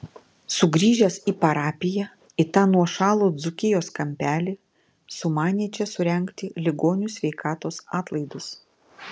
sugrįžęs į parapiją į tą nuošalų dzūkijos kampelį sumanė čia surengti ligonių sveikatos atlaidus